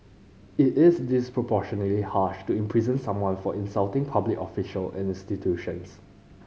it is disproportionately harsh to imprison someone for insulting public official and institutions